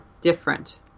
different